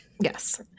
yes